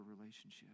relationship